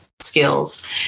skills